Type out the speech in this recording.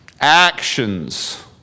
Actions